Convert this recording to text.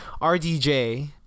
RDJ